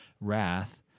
wrath